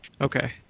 okay